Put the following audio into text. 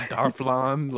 Darflon